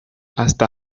hasta